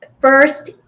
First